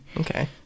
Okay